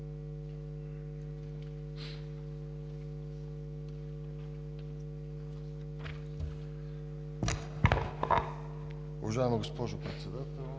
Уважаема госпожо Председател,